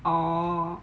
oh